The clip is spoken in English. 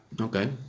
Okay